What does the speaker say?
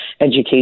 education